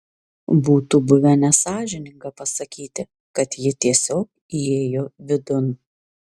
būtų buvę nesąžininga pasakyti kad ji tiesiog įėjo vidun